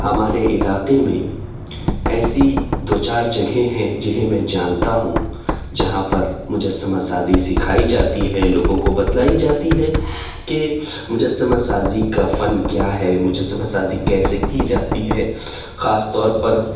ہمارے علاقے میں ایسی دو چار جگہیں ہیں جنہیں میں جانتا ہوں جہاں پر مجسمہ سازی سکھائی جاتی ہے لوگوں کو بتلائی جاتی ہے کہ مجسمہ سازی کا فن کیا ہے مجسمہ سازی کیسے کی جاتی ہے خاص طور پر